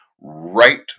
right